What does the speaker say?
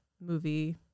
movie